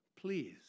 Please